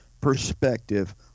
perspective